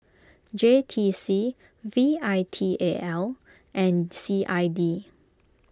J T C V I T A L and C I D